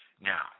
now